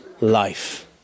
life